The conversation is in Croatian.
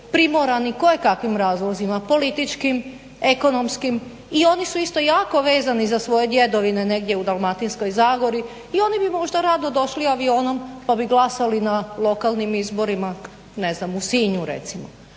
primorani kojekakvim razlozima političkim, ekonomskim i oni su isto jako vezani za svoje djedovine negdje u Dalmatinskoj zagori. I oni bi možda rado došli avionom pa bi glasali na lokalnim izborima, ne znam u Sinju recimo.